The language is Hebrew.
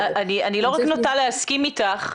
אני לא רק נוטה להסכים איתך,